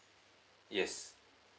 yes